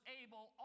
able